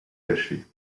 cachets